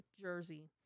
jersey